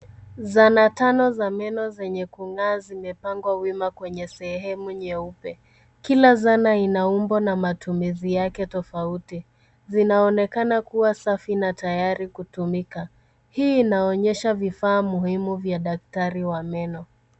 Zana tano za meno zenye kung'aa zimepangwa wima kwenye sehemu nyeupe. Kila zana ina umbo na matumizi yake tofauti. Zinaonekana kuwa safi na tayari kutumika. Hii inaonyesha vifaa muhimu vya daktari wa meno.